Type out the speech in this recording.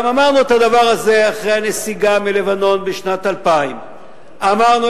גם אמרנו את הדבר הזה אחרי הנסיגה מלבנון בשנת 2000. אמרנו